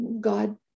God